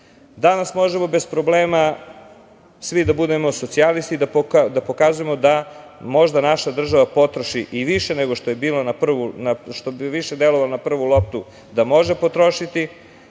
možemo bez problema svi da budemo socijalisti, da pokazujemo da možda naša država potroši i više nego što je delovalo na prvu loptu da može potrošiti,